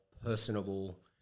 personable